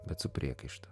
bet su priekaištu